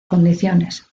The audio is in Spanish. condiciones